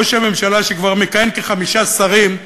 ראש הממשלה שכבר מכהן בתפקיד של כחמישה שרים,